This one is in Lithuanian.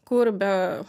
kur be